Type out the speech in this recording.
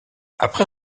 après